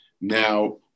Now